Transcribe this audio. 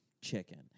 chicken